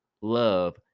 love